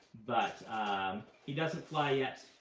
but he doesn't fly yet.